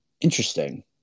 Interesting